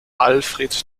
alfred